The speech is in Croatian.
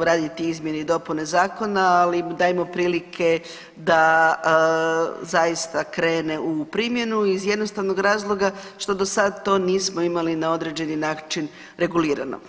raditi izmjene i dopune zakona, ali dajmo prilike da zaista krene u primjenu iz jednostavnog razloga što do sad to nismo imali na određeni način regulirano.